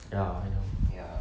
ya I know